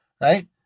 right